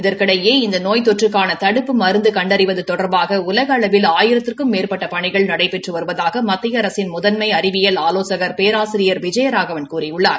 இதற்கிடையே இந்த நோய் தொற்றுக்கான தடுப்பு மருந்து கண்டறிவது தொடர்பாக உலக அளவில் ஆயிரத்திற்கும் மேற்பட்ட பணிகள் நடைபெற்று வருவதாக மத்திய அரசின் முதன்மை அறிவியல் ஆலோசகள் பேராசிரியர் விஜயராவன் கூறியுள்ளார்